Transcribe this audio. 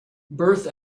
birth